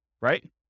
right